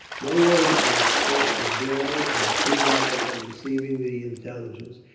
no words can express the joy of the two lads, at receiving the intelligence,